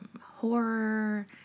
horror